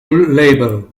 label